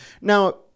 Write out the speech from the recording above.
Now